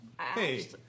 Hey